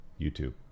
YouTube